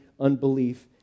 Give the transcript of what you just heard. unbelief